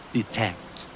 Detect